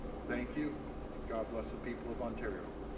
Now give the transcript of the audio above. thank you and god bless the people of ontario.